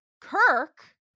Kirk